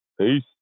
Peace